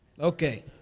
Okay